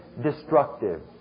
destructive